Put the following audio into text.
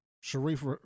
Sharif